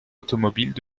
automobiles